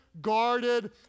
guarded